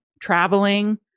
traveling